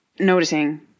Noticing